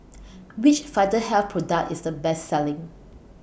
Which Vitahealth Product IS The Best Selling